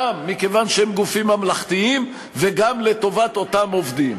גם מכיוון שהם גופים ממלכתיים וגם לטובת אותם עובדים,